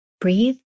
breathe